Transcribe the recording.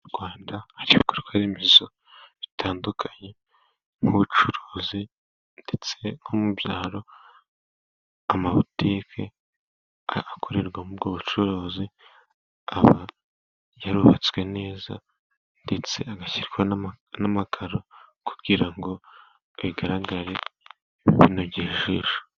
Mu Rwanda hari ibikorwa remezo bitandukanye nk'ubucuruzi ndetse nko mu byaro amabutike agakorerwamo ubwo bucuruzi, aba yarubatswe neza ndetse agashyirwaho n'amakaro kugira ngo agaragare binogeye ijisho.